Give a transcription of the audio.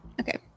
Okay